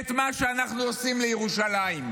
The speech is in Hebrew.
את מה שאנחנו עושים לירושלים.